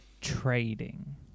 trading